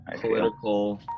political